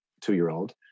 two-year-old